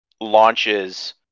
launches